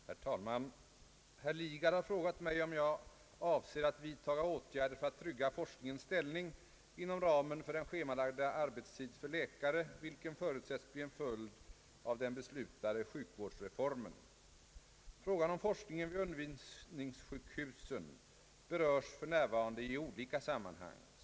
Herr talman! Herr Lidgard har frågat mig om jag avser att vidtaga åtgärder för att trygga forskningens ställning inom ramen för den schemalagda arbetstid för läkare, vilken förutsättes bli en följd av den beslutade sjukvårdsreformen. Frågan om forskningen vid undervisningssjukhusen berörs för närvarande i olika sammanhang.